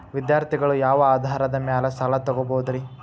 ವಿದ್ಯಾರ್ಥಿಗಳು ಯಾವ ಆಧಾರದ ಮ್ಯಾಲ ಸಾಲ ತಗೋಬೋದ್ರಿ?